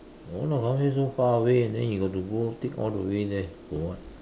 no lah Causeway so far away and then you got to go take all the way there for what